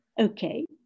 Okay